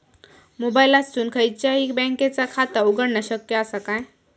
मोबाईलातसून खयच्याई बँकेचा खाता उघडणा शक्य असा काय?